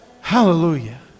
Hallelujah